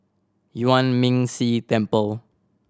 Yuan Ming Si Temple